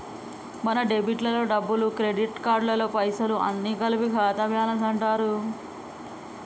మన డెబిట్ లలో డబ్బులు క్రెడిట్ కార్డులలో పైసలు అన్ని కలిపి ఖాతా బ్యాలెన్స్ అంటారు